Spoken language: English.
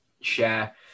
share